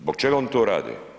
Zbog čega oni to rade?